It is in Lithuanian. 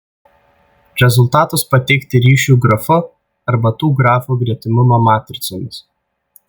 rezultatus pateikti ryšių grafu arba tų grafų gretimumo matricomis